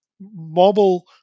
mobile